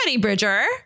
Bridger